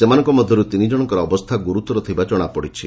ସେମାନଙ୍ଙ ମଧରୁ ତିନି ଜଣଙ୍କର ଅବସ୍ଥା ଗୁରୁତର ଥିବା ଜଣାପଡ଼ିଛି